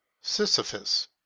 sisyphus